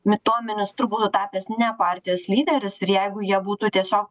tuo ministru buvo tapęs ne partijos lyderis ir jeigu jie būtų tiesiog